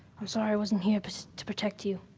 i'm sorry i wasn't here to protect you.